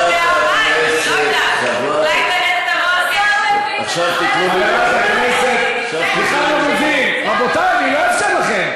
אני אאפשר לך --- חברת הכנסת לביא,